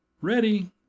Ready